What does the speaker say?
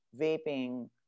vaping